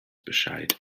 bescheid